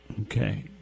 Okay